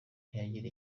ntiyagira